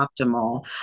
optimal